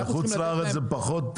אנחנו צריכים לתת להם